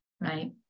right